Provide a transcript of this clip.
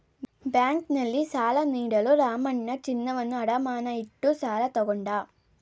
ಬ್ಯಾಂಕ್ನಲ್ಲಿ ಸಾಲ ನೀಡಲು ರಾಮಣ್ಣ ಚಿನ್ನವನ್ನು ಅಡಮಾನ ಇಟ್ಟು ಸಾಲ ತಗೊಂಡ